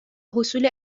حصول